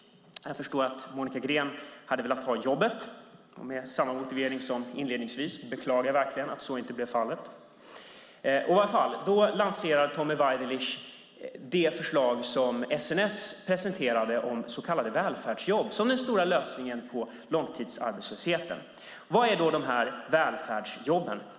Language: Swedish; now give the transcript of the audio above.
Jag förstår att Monica Green hade velat ha jobbet. Med samma motivering som inledningsvis beklagar jag verkligen att så inte blev fallet. Tommy Waidelich lanserade det förslag som SNS presenterade om så kallade välfärdsjobb som den stora lösningen på långtidsarbetslösheten. Vad är då de här välfärdsjobben?